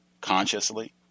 consciously